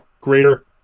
greater